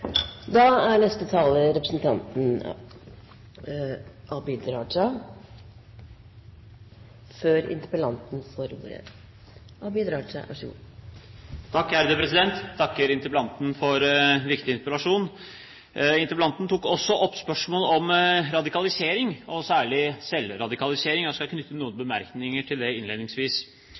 takker interpellanten for en viktig interpellasjon. Interpellanten tok også opp spørsmålet om radikalisering, særlig selvradikalisering, og jeg skal knytte noen bemerkninger til det innledningsvis.